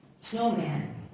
Snowman